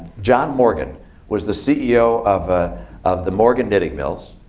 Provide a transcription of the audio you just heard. john morgan was the ceo of ah of the morgan knitting mills.